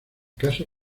caso